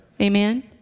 Amen